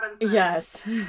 Yes